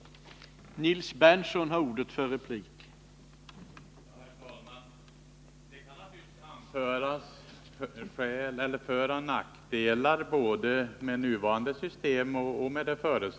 24 april 1980